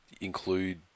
include